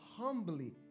humbly